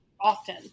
often